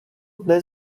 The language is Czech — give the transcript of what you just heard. dne